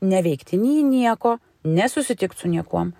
neveikti nei nieko nesusitikt su niekuom